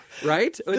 Right